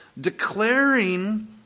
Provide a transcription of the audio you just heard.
declaring